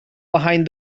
behind